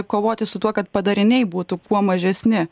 kovoti su tuo kad padariniai būtų kuo mažesni